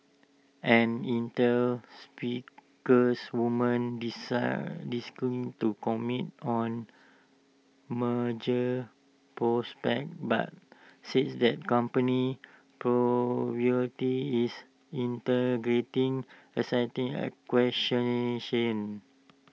an Intel speakers woman desire to comment on merger prospects but says that company's priority is integrating existing acquisitions